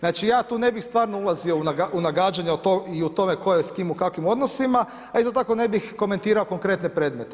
Znači, ja tu ne bih stvarno ulazio u nagađanja o tome tko je s kim u kakvim odnosima, a isto tako ne bih komentirao konkretne predmete.